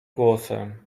głosem